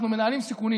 אנחנו מנהלים סיכונים.